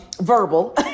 verbal